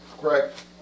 Correct